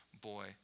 boy